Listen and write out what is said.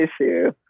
issue